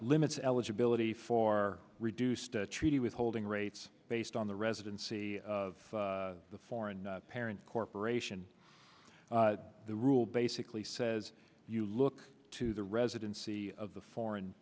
limits eligibility for reduced treaty withholding rates based on the residency of the foreign parent corporation the rule basically says you look to the residency of the foreign